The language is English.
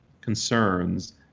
concerns